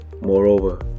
Moreover